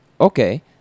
Okay